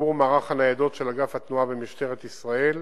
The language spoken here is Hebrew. לתגבור מערך הניידות של אגף התנועה במשטרת ישראל,